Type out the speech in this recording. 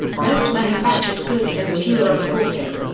most manufactured goods and fuel are imported.